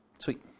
Sweet